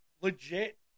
legit